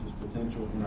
potential